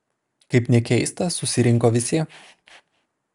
kaip nekeista susirinko visi